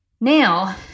Now